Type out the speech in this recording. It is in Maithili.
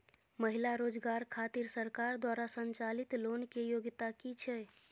महिला रोजगार खातिर सरकार द्वारा संचालित लोन के योग्यता कि छै?